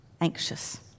anxious